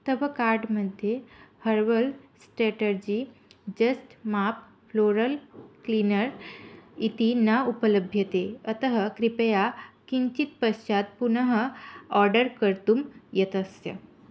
तव कार्ट् मध्ये herbal strategy just mop floral cleaner इति न उपलभ्यते अतः कृपया किञ्चित् पश्चात् पुनः आर्डर् कर्तुं यतस्व